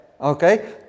okay